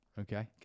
Okay